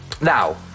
Now